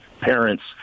parents